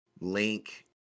Link